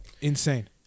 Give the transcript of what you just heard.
insane